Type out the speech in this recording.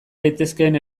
daitezkeen